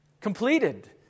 completed